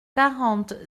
quarante